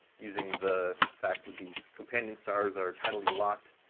using the fact that these companion stars are tidally locked,